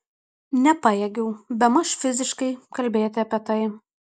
nepajėgiau bemaž fiziškai kalbėti apie tai